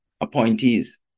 appointees